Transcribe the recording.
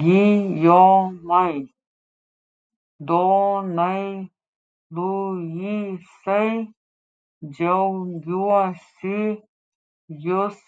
gijomai donai luisai džiaugiuosi jus